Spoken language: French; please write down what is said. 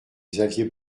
xavier